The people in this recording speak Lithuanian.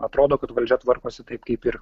atrodo kad valdžia tvarkosi taip kaip ir